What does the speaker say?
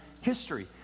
history